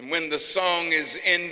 and when the song is